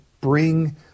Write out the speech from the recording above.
bring